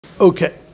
Okay